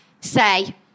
say